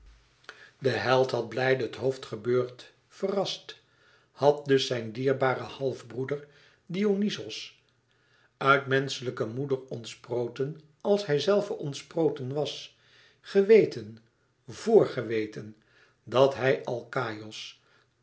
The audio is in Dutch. de held had blijde het hoofd gebeurd verrast had dus zijn dierbare halfbroeder dionyzos uit menschlijke moeder ontsproten als hijzelve ontsproten was gewéten vor geweten dat hij alkaïos